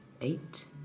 eight